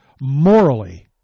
morally